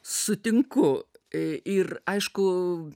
sutinku ir aišku